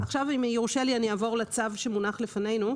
אם יורשה לי, אני אעבור לצו שמונח לפנינו.